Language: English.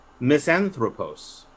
Misanthropos